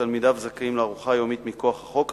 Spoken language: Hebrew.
שתלמידיו זכאים לארוחה יומית מכוח החוק,